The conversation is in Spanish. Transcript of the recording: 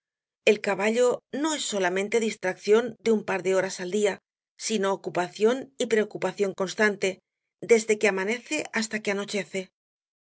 el caballo no es solamente distracción de un par de horas al día sino ocu pación y preocupación constante desde que amanece hasta que anochece